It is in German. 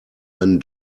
einen